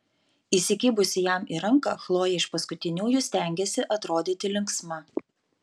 įsikibusi jam į ranką chlojė iš paskutiniųjų stengėsi atrodyti linksma